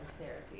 therapy